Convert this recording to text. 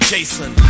Jason